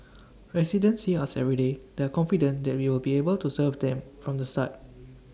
residents see us everyday they are confident that we will be able to serve them from the start